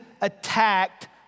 attacked